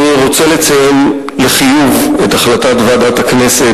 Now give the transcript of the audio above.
אני רוצה לציין לחיוב את החלטת ועדת הכנסת